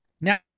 now